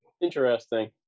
Interesting